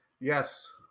yes